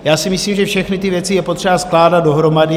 Já si myslím, že všechny ty věci je potřeba skládat dohromady.